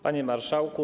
Panie Marszałku!